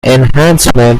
enhancement